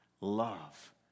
love